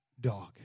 dog